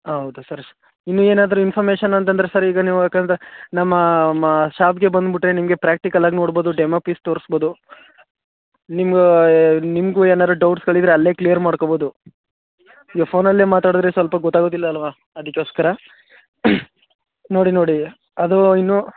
ಹೌದು ಸರ್ ಇನ್ನೂ ಏನಾದರೂ ಇನ್ಫರ್ಮೇಷನ್ ಅಂತಂದರೆ ಸರ್ ಈಗ ನೀವು ಯಾಕಂದರೆ ನಮ್ಮ ಮಾ ಶಾಪ್ಗೆ ಬಂದ್ಬಿಟ್ರೆ ನಿಮಗೆ ಪ್ರಾಕ್ಟಿಕಲ್ ಆಗಿ ನೋಡ್ಬೌದು ಡೆಮೋ ಪೀಸ್ ತೋರ್ಸ್ಬೌದು ನಿಮ್ಮ ನಿಮ್ಗೂ ಏನಾರೂ ಡೌಟ್ಸ್ಗಳಿದ್ದರೆ ಅಲ್ಲೇ ಕ್ಲಿಯರ್ ಮಾಡ್ಕೊಬೌದು ಈಗ ಫೋನಲ್ಲೇ ಮಾತಾಡಿದ್ರೆ ಸ್ವಲ್ಪ ಗೊತ್ತಾಗೋದಿಲ್ಲ ಅಲ್ವಾ ಅದಕ್ಕೋಸ್ಕರ ನೋಡಿ ನೋಡಿ ಅದು ಇನ್ನೂ